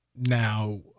Now